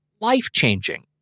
life-changing